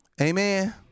Amen